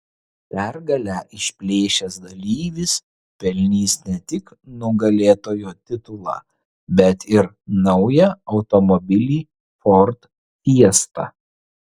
pergalę išplėšęs dalyvis pelnys ne tik nugalėtojo titulą bet ir naują automobilį ford fiesta